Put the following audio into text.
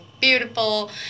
beautiful